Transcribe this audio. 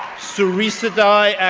surisadai